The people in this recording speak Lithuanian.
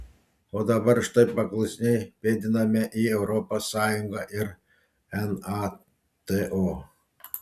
o dabar štai paklusniai pėdiname į europos sąjungą ir nato